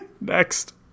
Next